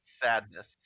sadness